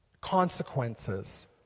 consequences